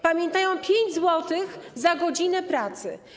Pamiętają 5 zł za godzinę pracy.